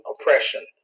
oppression